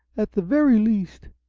at the very least!